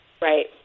Right